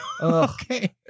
okay